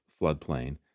floodplain